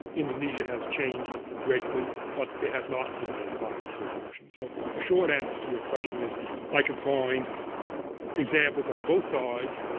indonesia has changed greatly. but there has not been a violent revolution so a short answer to your question is i can find examples on both sides.